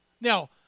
Now